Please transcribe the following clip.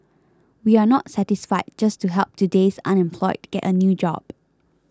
we are not satisfied just to help today's unemployed get a new job